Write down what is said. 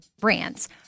brands